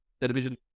television